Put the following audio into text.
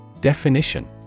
Definition